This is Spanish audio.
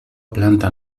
planta